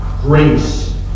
Grace